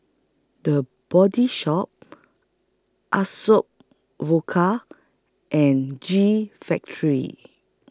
The Body Shop Vodka and G Factory